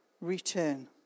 return